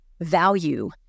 Value